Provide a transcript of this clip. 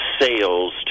sales